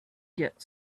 get